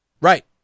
Right